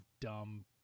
dumb